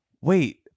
wait